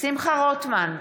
שולמן מת.